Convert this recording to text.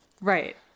Right